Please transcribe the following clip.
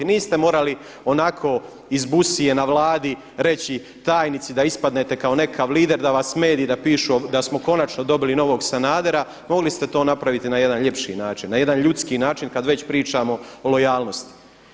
Niste morali onako iz busije na Vladi reći tajnici da ispadnete kao nekakav lider, da vas mediji, da pišu da smo konačno dobili novog Sanadera, mogli ste to napraviti na jedan ljepši način, na jedan ljudskiji način kada već pričamo o lojalnosti.